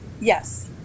yes